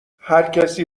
هرکسی